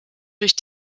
durch